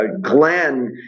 Glenn